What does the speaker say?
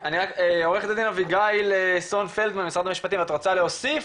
עורכת הדין אביגיל סון פלדמן משרד המשפטים את רוצה להוסיף?